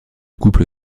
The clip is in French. couple